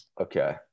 Okay